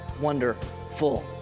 wonderful